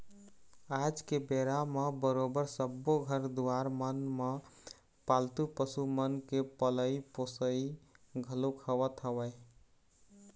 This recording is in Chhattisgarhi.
आज के बेरा म बरोबर सब्बो घर दुवार मन म पालतू पशु मन के पलई पोसई घलोक होवत हवय